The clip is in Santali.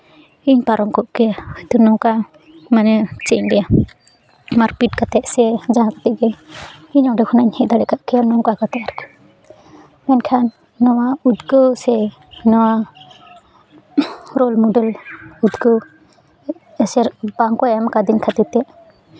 ᱤᱧ ᱯᱟᱨᱚᱢ ᱠᱚᱜ ᱠᱮᱭᱟ ᱡᱮ ᱱᱚᱝᱠᱟ ᱢᱟᱱᱮ ᱪᱮᱫ ᱤᱧ ᱞᱟᱹᱭᱟ ᱢᱟᱨᱯᱤᱴ ᱠᱟᱛᱮᱜ ᱥᱮ ᱡᱟᱦᱟᱸ ᱛᱤᱱᱟᱹᱜ ᱜᱮ ᱤᱧ ᱚᱸᱰᱮ ᱠᱷᱚᱱᱟᱜ ᱤᱧ ᱦᱮᱡ ᱫᱟᱲᱮ ᱠᱚᱜ ᱠᱮᱭᱟ ᱱᱚᱝᱠᱟ ᱠᱟᱛᱮ ᱟᱨᱠᱤ ᱢᱮᱱᱠᱷᱟᱱ ᱱᱚᱣᱟ ᱩᱫᱽᱜᱟᱹᱣ ᱥᱮ ᱱᱚᱣᱟ ᱨᱳᱞ ᱢᱚᱰᱮᱞ ᱩᱫᱽᱜᱟᱹᱣ ᱮᱥᱮᱨ ᱵᱟᱝ ᱠᱚ ᱮᱢ ᱠᱟᱫᱤᱧ ᱠᱷᱟᱹᱛᱤᱨ ᱛᱮ